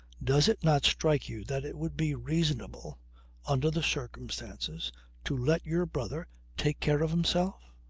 does it not strike you that it would be reasonable under the circumstances to let your brother take care of himself?